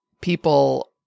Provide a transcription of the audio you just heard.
people